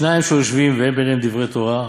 שניים שיושבין ואין ביניהן דברי תורה,